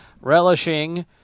relishing